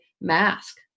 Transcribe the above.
mask